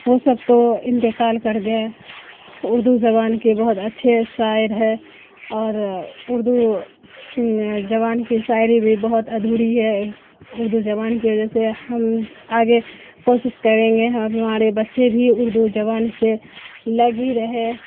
وہ سب تو انتقال کر گئے اردو زبان کے بہت اچھے شاعر ہے اور اردو زبان کی شاعری بھی بہت ادھوری ہے اردو زبان کی وجہ سے ہم آگے کوشش کریں گے ہمارے بچے بھی اردو زبان سے لگی رہے